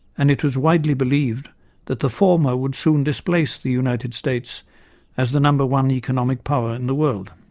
and it was widely believed that the former would soon displace the united states as the number one economic power in the world.